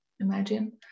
imagine